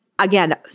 Again